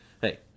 hey